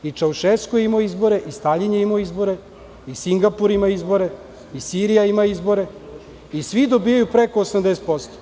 I Čaušesku je imao izbore, i Staljin je imao izbore, Singapur ima izbore, Sirija ima izbore i svi dobijaju preko 80%